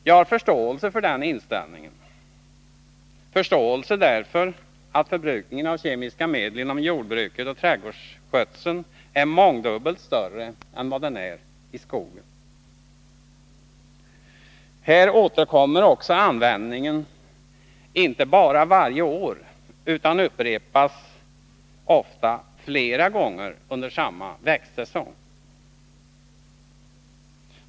Jag har förståelse för den inställningen, förståelse därför att förbrukningen av kemiska medel inom jordbruket och trädgårdsskötseln är mångdubbelt större än vad den är i skogen. Här återkommer också användningen inte bara varje år utan upprepas ofta flera gånger under samma växtsäsong.